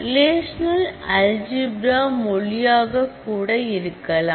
relational algebra மொழியாக கூட இருக்கலாம்